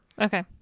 Okay